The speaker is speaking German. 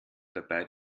dabei